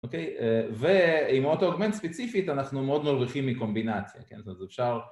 ועם אוטו-אוגמנט ספציפית אנחנו מאוד מרוויחים מקומבינציה